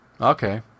Okay